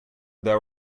there